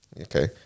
okay